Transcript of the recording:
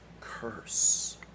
curse